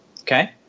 okay